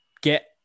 get